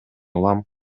улам